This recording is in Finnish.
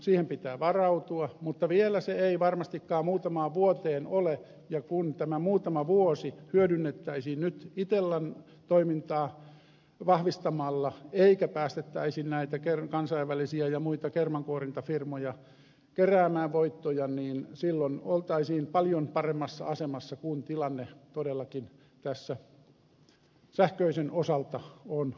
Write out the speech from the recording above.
siihen pitää varautua mutta vielä se ei varmastikaan muutamaan vuoteen ole ja kun tämä muutama vuosi hyödynnettäisiin nyt itellan toimintaa vahvistamalla eikä päästettäisi näitä kansainvälisiä ja muita kermankuorintafirmoja keräämään voittoja niin silloin oltaisiin paljon paremmassa asemassa kun tilanne todellakin tässä sähköisen osalta on muuttumassa